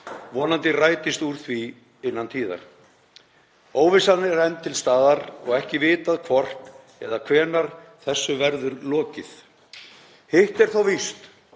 Vonandi rætist úr því innan tíðar. Óvissan er enn til staðar og ekki vitað hvort eða hvenær þessu verður lokið. Hitt er þó víst